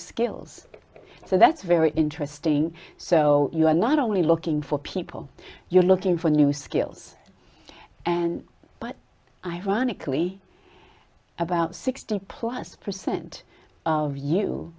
skills so that's very interesting so you're not only looking for people you're looking for new skills and but ironically about sixty plus percent of